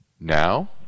Now